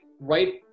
right